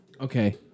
Okay